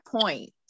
point